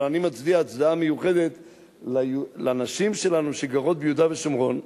אבל אני מצדיע הצדעה מיוחדת לנשים שלנו שגרות ביהודה ושומרון,